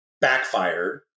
backfired